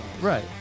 Right